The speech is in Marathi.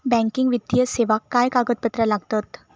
बँकिंग वित्तीय सेवाक काय कागदपत्र लागतत?